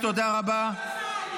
תודה רבה.